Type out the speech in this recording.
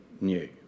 new